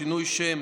שינוי שם